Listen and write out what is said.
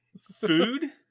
Food